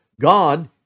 God